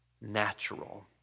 natural